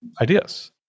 ideas